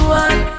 one